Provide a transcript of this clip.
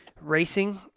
racing